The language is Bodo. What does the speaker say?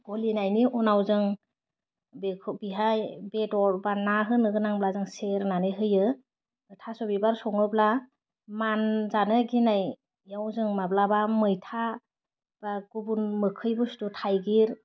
गलिनायनि उनाव जों बेखौ बेहाय बेदर बा ना होनो गोनांब्ला जों सेरनानै होयो थास' बिबार सङोब्ला मानजानो गिनायाव जों माब्लाबा मैथा बा गुबुन मोखै बुस्थु थाइगिर